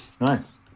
nice